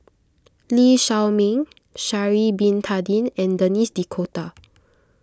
Lee Shao Meng Sha'ari Bin Tadin and Denis D'Cotta